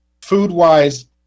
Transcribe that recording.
food-wise